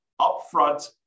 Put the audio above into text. upfront